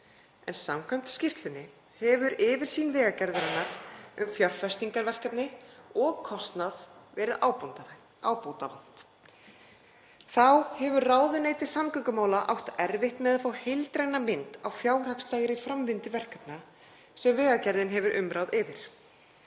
en samkvæmt skýrslunni hefur yfirsýn Vegagerðarinnar um fjárfestingarverkefni og kostnað verið ábótavant. Þá hefur ráðuneyti samgöngumála átt erfitt með að fá heildræna mynd á fjárhagslega framvindu verkefna sem Vegagerðin hefur umráð yfir.